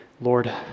Lord